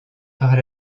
par